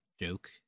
joke